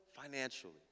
financially